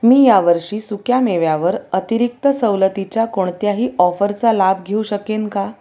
मी यावर्षी सुक्यामेव्यावर अतिरिक्त सवलतीच्या कोणत्याही ऑफरचा लाभ घेऊ शकेन का